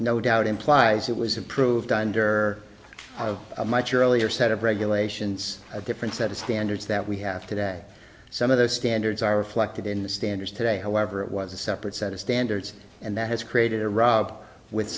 no doubt implies it was approved under a much earlier set of regulations a different set of standards that we have today some of those standards are reflected in the standards today however it was a separate set of standards and that has created a rob with